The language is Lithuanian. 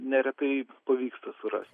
neretai pavyksta surast